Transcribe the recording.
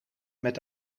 met